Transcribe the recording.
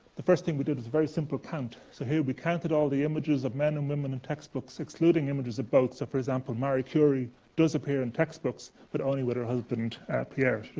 the first thing we did was a very simple count. so here we counted all the images of men and women in textbooks, excluding images of both. so, for example, marie curie does appear in textbooks, but only with her husband pierre,